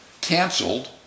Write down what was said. canceled